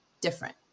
different